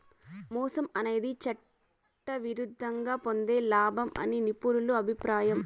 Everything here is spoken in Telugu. మోసం అనేది చట్టవిరుద్ధంగా పొందే లాభం అని నిపుణుల అభిప్రాయం